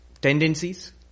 Tendencies